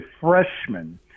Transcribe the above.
freshman